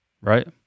Right